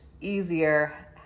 easier